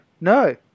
No